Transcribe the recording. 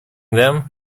them